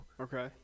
Okay